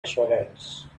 assurance